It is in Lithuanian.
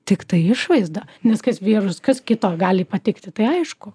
tiktai išvaizda nes kas vyrus kas kito gali patikti tai aišku